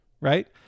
right